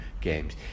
games